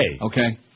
Okay